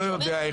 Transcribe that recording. אני לא יודע איך,